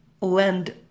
land